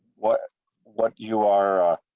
what what you are.